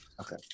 Okay